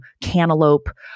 cantaloupe